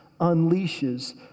unleashes